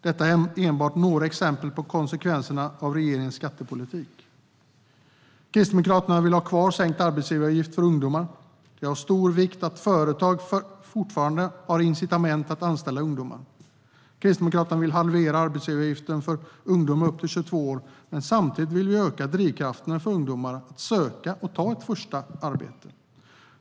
Detta är enbart några exempel på konsekvenserna av regeringens skattepolitik. Kristdemokraterna vill ha kvar sänkt arbetsgivaravgift för ungdomar. Det är av stor vikt att företag fortfarande har incitament för att anställa ungdomar. Kristdemokraterna vill halvera arbetsgivaravgiften för ungdomar upp till 22 år, men samtidigt vill vi öka drivkrafterna för ungdomar att söka och ta ett första arbete.